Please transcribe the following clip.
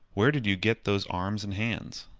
where did you get those arms and hands?